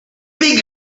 big